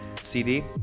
CD